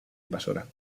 invasora